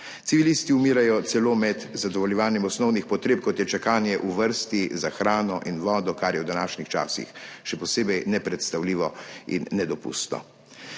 civilisti umirajo celo med zadovoljevanjem osnovnih potreb, kot je čakanje v vrsti za hrano in vodo, kar je v današnjih časih še posebej nepredstavljivo in nedopustno.